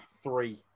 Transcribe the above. Three